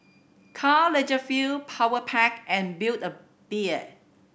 Karl Lagerfeld Powerpac and Build A Bear